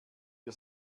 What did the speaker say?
wir